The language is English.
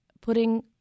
putting